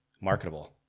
marketable